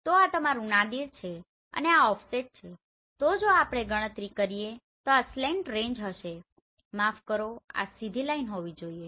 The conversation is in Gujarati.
તો આ તમારું નાદિર છે અને આ ઓફસેટ છે તો જો આપણે ગણતરી કરીએ તો આ સ્લેંટ રેંજ હશે માફ કરો આ સીધી લાઈન હોવી જોઈએ